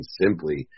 simply